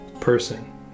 person